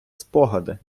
спогади